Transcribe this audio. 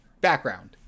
background